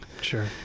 sure